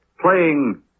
playing